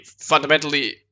fundamentally